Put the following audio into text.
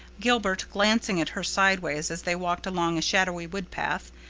gilbert, glancing at her sideways as they walked along shadowy woodpath,